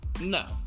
no